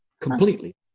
completely